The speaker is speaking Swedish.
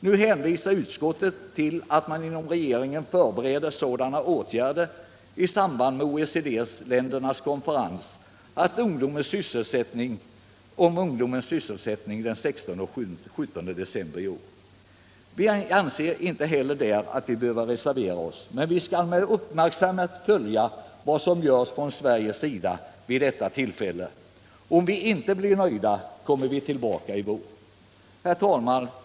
Nu hänvisar utskottet till att man inom regeringen förbereder sådana åtgärder i samband med OECD-ländernas konferens om ungdomens sysselsättning den 16 och 17 december i år. Vi anser att vi inte heller på denna punkt behöver reservera oss, men vi skall med uppmärksamhet följa vad som görs från Sveriges sida vid detta tillfälle. Om vi inte blir nöjda kommer vi tillbaka i vår. Herr talman!